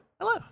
Hello